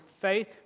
faith